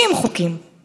תקשיבו טוב,